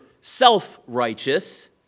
self-righteous